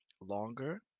longer